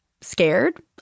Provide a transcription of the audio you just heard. Scared